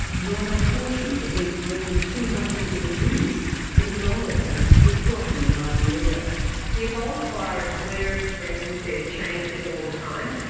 norma cautioned against reading too much into the news that ebola cases were dropping in liberia. the ebola virus, where it's spreading to changes all the time,